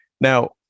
Now